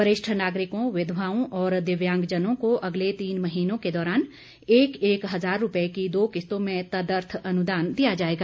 वरिष्ठ नागरिकों विधवाओं और दिव्यांगजनों को अगले तीन महीनों के दौरान एक एक हजार रूपये की दो किस्तों में तदर्थ अनुदान दिया जाएगा